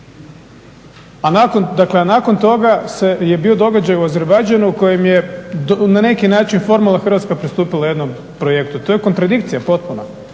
A nakon toga je bio događaj u Azerbajdžanu u kojem je na neki način formalno Hrvatska pristupila jednom projektu. To je kontradikcija potpuna.